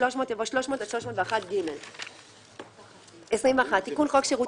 300" יבוא "300 עד 301ג". תיקון חוק שירות